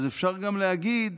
אז אפשר גם להגיד,